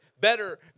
better